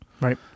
right